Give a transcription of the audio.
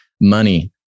money